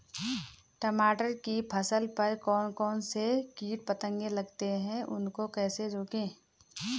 टमाटर की फसल पर कौन कौन से कीट पतंग लगते हैं उनको कैसे रोकें?